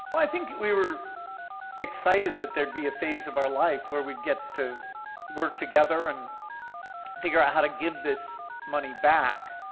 i think we were excited that there'd be a phase of our life where we'd get to work together and figure out how to give this money back.